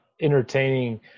entertaining